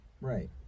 right